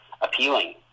appealing